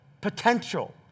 potential